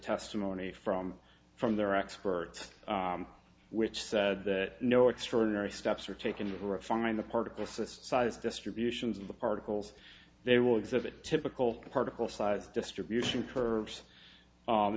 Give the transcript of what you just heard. testimony from from their experts which said that no extraordinary steps are taken to refine the particle sists size distributions of the particles they will exhibit typical particle size distribution curves